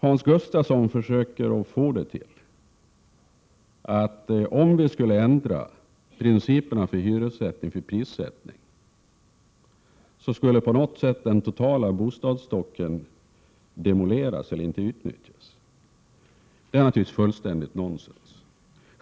Hans Gustafsson försöker att hävda att om principerna för prissättning på hyresrätter skulle ändras, skulle på något sätt den totala bostadsstocken demoleras eller inte utnyttjas. Detta är naturligtvis fullständigt nonsens.